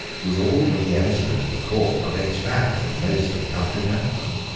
was all that the emissaries of the court could extract from most of the country gentlemen.